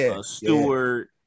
Stewart